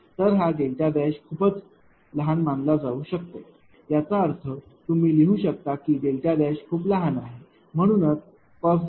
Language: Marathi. तर हा खूपच लहान मानला जाऊ शकते याचा अर्थ तुम्ही लिहू शकता की खूप लहान आहे म्हणूनच 1